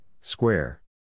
square